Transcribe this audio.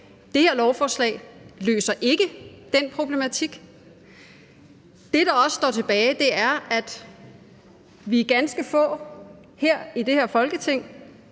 Det her lovforslag løser ikke den problematik. Det, der også står tilbage, er, at vi er ganske få i det her Folketing,